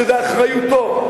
שזו אחריותו,